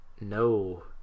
No